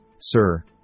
Sir